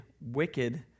wicked